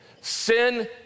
Sin